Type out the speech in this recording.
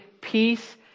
peace